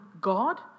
God